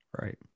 Right